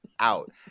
out